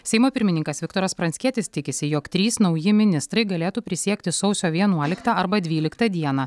seimo pirmininkas viktoras pranckietis tikisi jog trys nauji ministrai galėtų prisiekti sausio vienuoliktą arba dvyliktą dieną